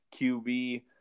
QB